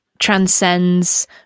transcends